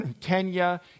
Kenya